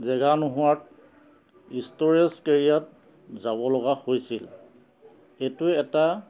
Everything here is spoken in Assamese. জেগা নোহোৱাত ইষ্ট'ৰেজ কেৰিয়াত যাব লগা হৈছিল এইটো এটা